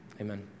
Amen